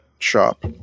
Shop